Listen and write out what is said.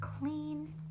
clean